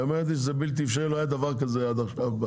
היא אומרת לי זה בלתי אפשרי לא היה דבר כזה עד עכשיו.